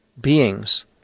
beings